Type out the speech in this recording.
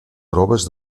proves